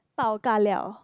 bao ka liao